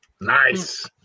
Nice